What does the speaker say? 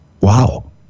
Wow